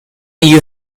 you